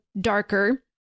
darker